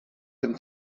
him